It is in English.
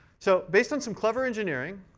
so based on some clever engineering,